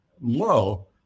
low